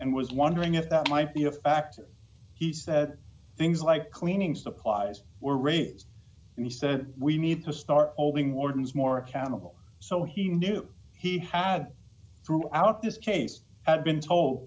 and was wondering if that might be a factor he said things like cleaning supplies were raids and he said we need to start holding wardens more accountable so he knew he had throughout this case been told